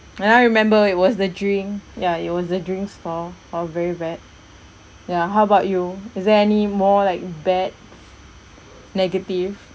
ya I remember it was the drink ya it was the drinks for all very bad ya how about you is there any more like bad negative